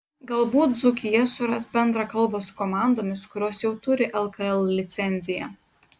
galbūt dzūkija suras bendrą kalbą su komandomis kurios jau turi lkl licenciją